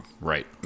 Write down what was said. Right